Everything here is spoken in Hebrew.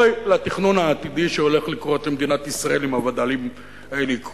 אוי לתכנון העתידי שהולך לקרות למדינת ישראל אם הווד”לים האלה יקרו.